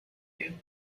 you